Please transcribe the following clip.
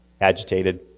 agitated